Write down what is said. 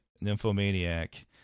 Nymphomaniac